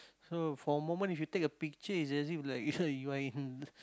so for a moment if you take a picture it's as if like you are in